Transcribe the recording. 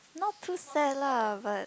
not too sad lah but